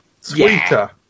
Sweeter